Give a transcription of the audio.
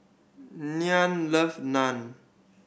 Nyah love Naan